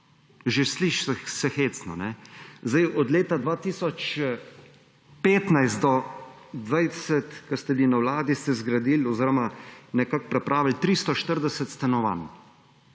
Že sliši se hecno, kajne? Od leta 2015 do 2020, kar ste bili na vladi, ste zgradil oziroma nekako pripravili 340 stanovanj,